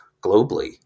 globally